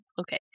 okay